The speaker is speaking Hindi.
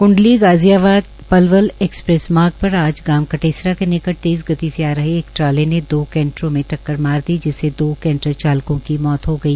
क्डली गाजियाबाद पलवल एक्सप्रेस मार्ग पर आज गांव कटेसरा के निकट तेज़ गति से आ रहे एक ट्रोले ने दो केंटरों में टक्कर मार दी जिसमे दो कैंटर चालकों की मौत हो गई